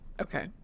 Okay